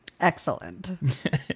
Excellent